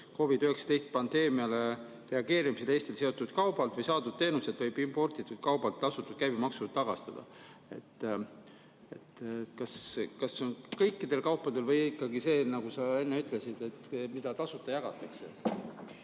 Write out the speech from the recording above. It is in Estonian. COVID‑19 pandeemiale reageerimisel Eestis soetatud kaubalt või saadud teenuselt võib imporditud kaubalt tasutud käibemaksu tagastada. Kas see on kõikidel kaupadel nii või ikkagi nagu sa enne ütlesid, et nende puhul, mida tasuta jagatakse?